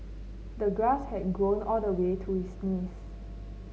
the grass had grown all the way to his knees